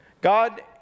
God